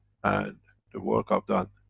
and the work i've done,